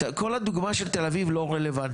כל הדוגמה של תל אביב לא רלוונטית,